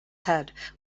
head